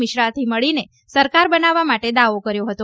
મિશ્રાથી મળીને સરકાર બનાવવા માટે દાવો કર્યો હતો